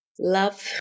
Love